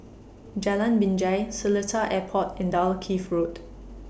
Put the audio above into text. Jalan Binjai Seletar Airport and Dalkeith Road